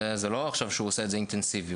והוא לא עושה את זה באינטנסיביות,